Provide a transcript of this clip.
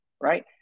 right